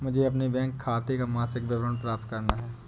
मुझे अपने बैंक खाते का मासिक विवरण प्राप्त करना है?